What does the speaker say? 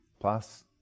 plus